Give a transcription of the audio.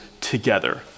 together